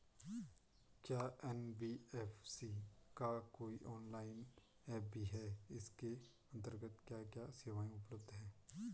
क्या एन.बी.एफ.सी का कोई ऑनलाइन ऐप भी है इसके अन्तर्गत क्या क्या सेवाएँ उपलब्ध हैं?